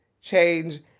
change